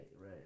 right